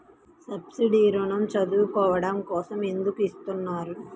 Subsidy ఋణం చదువుకోవడం కోసం ఎందుకు ఇస్తున్నారు?